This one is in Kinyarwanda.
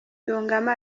yungamo